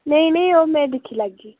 नेई नेई ओह् में दिक्खी लैगी